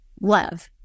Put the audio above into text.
love